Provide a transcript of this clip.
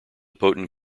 potent